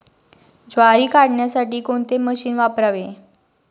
ज्वारी काढण्यासाठी कोणते मशीन वापरावे?